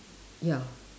ya